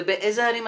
ובאיזה ערים?